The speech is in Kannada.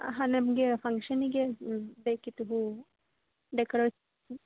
ಹಾಂ ನಮಗೆ ಫಂಕ್ಷನಿಗೆ ಬೇಕಿತ್ತು ಹೂವು ಡೆಕೋರೇಟ್